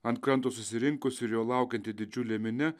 ant kranto susirinkusi ir jo laukianti didžiulė minia